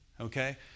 Okay